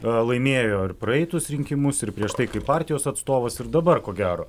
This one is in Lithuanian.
laimėjo ir praeitus rinkimus ir prieš tai kaip partijos atstovas ir dabar ko gero